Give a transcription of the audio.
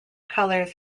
colors